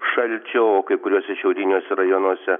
šalčio o kai kuriuose šiauriniuose rajonuose